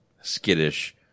skittish